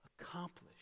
accomplish